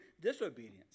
disobedience